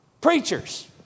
Preachers